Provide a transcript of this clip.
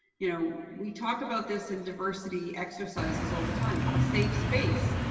you know, we talk about this in diversity exercises all the time a safe space.